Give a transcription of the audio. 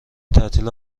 تعطیل